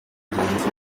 abagenzi